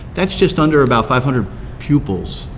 that's just under about five hundred pupils